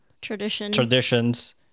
traditions